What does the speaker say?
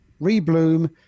rebloom